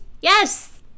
Yes